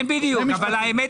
אני מקווה